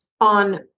on